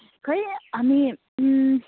खै हामी